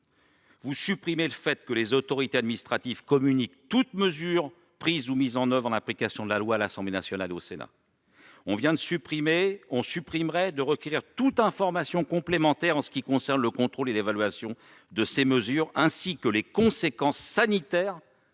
-prévoyant que les autorités administratives communiquent toute mesure prise ou mise en oeuvre en application de la loi à l'Assemblée nationale et au Sénat et que le Parlement peut requérir toute information complémentaire en ce qui concerne le contrôle et l'évaluation de ces mesures ainsi que les conséquences sanitaires